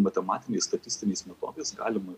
matematiniais statistiniais metodais galima